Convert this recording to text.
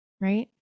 right